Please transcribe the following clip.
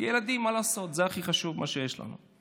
כי ילדים, מה לעשות, זה הכי חשוב, מה שיש לנו.